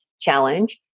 challenge